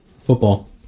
Football